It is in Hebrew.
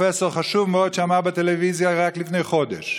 פרופסור חשוב מאוד שאמר בטלוויזיה רק לפני חודש: